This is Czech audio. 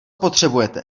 potřebujete